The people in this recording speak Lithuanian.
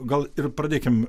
gal ir pradėkim